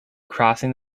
crossing